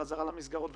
בחזרה למסגרות,